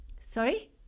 Sorry